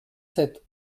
sept